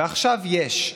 ועכשיו יש.